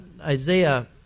Isaiah